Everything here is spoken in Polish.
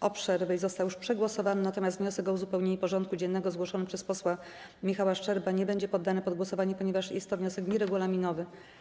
o przerwę i został już przegłosowany, natomiast wniosek o uzupełnienie porządku dziennego zgłoszony przez posła Michała Szczerbę nie będzie poddany pod głosowanie, ponieważ jest to wniosek nieregulaminowy.